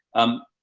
um,